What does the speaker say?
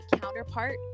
counterpart